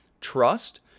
trust